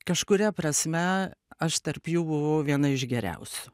kažkuria prasme aš tarp jų buvau viena iš geriausių